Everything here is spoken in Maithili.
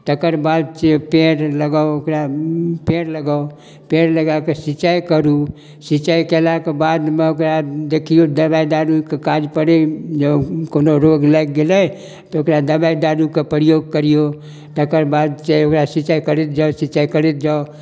तकर बाद जे पेड़ लगाउ ओकरा पेड़ लगाउ पेड़ लगाकऽ सिंचाइ करू सिंचाइ केलाके बादमे ओकरा दखियौ दबाइ दारूके काज पड़ै तऽ कोनो रोग लागि गेल तऽ ओकरा दबाइ दारूके परियोग करियौ तकर बाद सऽ वएह सिंचाइ करैत जाउ सिंचाइ करैत जाउ